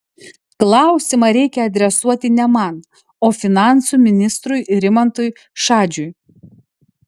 klausimą reikia adresuoti ne man o finansų ministrui rimantui šadžiui